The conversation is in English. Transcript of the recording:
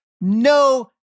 no